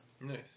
nice